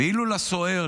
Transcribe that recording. ואילו לסוהר,